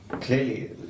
clearly